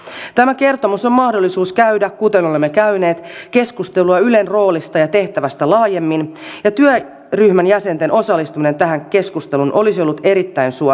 tämän kertomuksen yhteydessä on mahdollisuus käydä kuten olemme käyneet keskustelua ylen roolista ja tehtävästä laajemmin ja työryhmän jäsenten osallistuminen tähän keskusteluun olisi ollut erittäin suotavaa